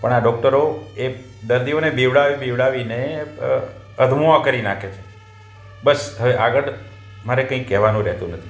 પણ આ ડોક્ટરો એ દર્દીઓને બિવડાવી બિવડાવીને અધમુઆ કરી નાખે છે બસ હવે આગળ મારે કંઈ કહેવાનું રહેતું નથી